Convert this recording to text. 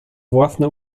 własne